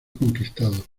conquistado